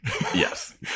Yes